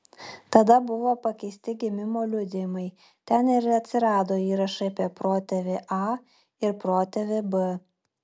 tada buvo pakeisti gimimo liudijimai ten atsirado įrašai apie protėvį a ir protėvį b